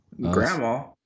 Grandma